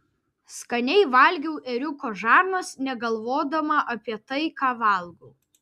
skaniai valgiau ėriuko žarnas negalvodama apie tai ką valgau